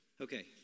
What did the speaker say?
Okay